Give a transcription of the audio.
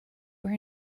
were